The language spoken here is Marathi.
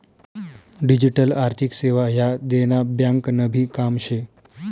डिजीटल आर्थिक सेवा ह्या देना ब्यांकनभी काम शे